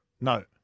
No